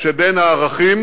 שבין הערכים